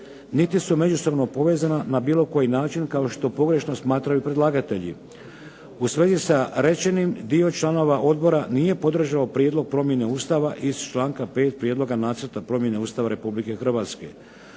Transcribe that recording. niti su međusobno povezana na bilo koji način kao što pogrešno smatraju predlagatelji. U svezi sa rečenim dio članova odbora nije podržao prijedlog promjene Ustava iz članka 5. Prijedloga nacrta promjene Ustava Republike Hrvatske.